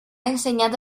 enseñado